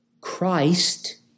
Christ